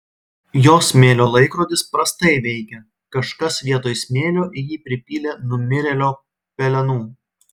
jos smėlio laikrodis prastai veikia kažkas vietoj smėlio į jį pripylė numirėlio pelenų